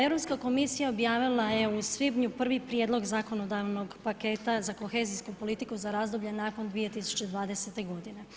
Europska komisija objavila je u svibnju prvi prijedlog zakonodavnog paketa za kohezijsku politiku za razdoblje nakon 2020. godine.